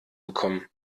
bekommen